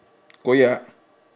koyak